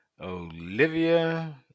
Olivia